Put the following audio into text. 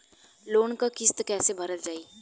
Loan क किस्त कैसे भरल जाए?